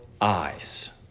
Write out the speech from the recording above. eyes